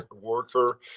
worker